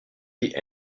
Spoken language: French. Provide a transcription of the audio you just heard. dit